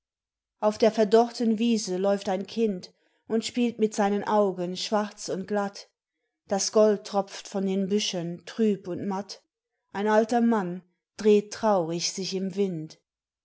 auf der verdorrten wiese läuft ein kind und spielt mit seinen augen schwarz und glatt das gold tropft von den büschen trüb und matt ein alter mann dreht traurig sich im wind